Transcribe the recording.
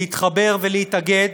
להתחבר ולהתאגד